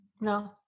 no